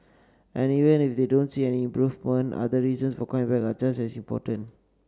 and even if they don't see any improvement other reasons for coming back are just as important